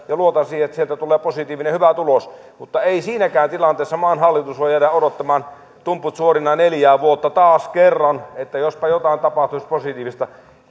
ja luotan siihen että sieltä tulee positiivinen hyvä tulos mutta ei siinäkään tilanteessa maan hallitus voi jäädä odottamaan tumput suorina neljää vuotta taas kerran että jospa jotain tapahtuisi positiivista